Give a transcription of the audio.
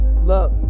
Look